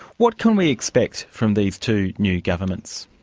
what can we expect from these two new governments?